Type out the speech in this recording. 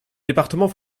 département